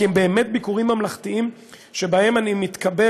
כי הם ביקורים ממלכתיים שבהם אני מתקבל